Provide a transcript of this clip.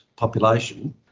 Population